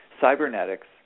cybernetics